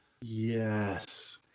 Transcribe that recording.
Yes